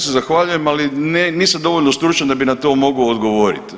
Ja se zahvaljujem, ali nisam dovoljno stručan da bi na to mogao odgovoriti.